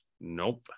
Nope